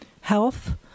Health